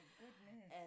goodness